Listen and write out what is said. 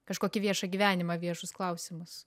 kažkokį viešą gyvenimą viešus klausimus